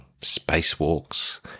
spacewalks